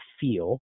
feel